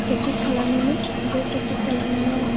practice खालामोमोन बे practice खालामनायाव